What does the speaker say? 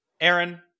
aaron